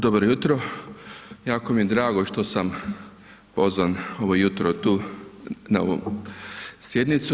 Dobro jutro, jako mi je drago što sam pozvan ovo jutro tu na ovu sjednicu.